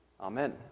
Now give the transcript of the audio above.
Amen